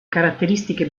caratteristiche